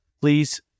please